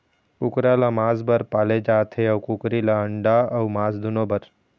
कुकरा ल मांस बर पाले जाथे अउ कुकरी ल अंडा अउ मांस दुनो बर